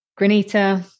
granita